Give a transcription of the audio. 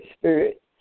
Spirit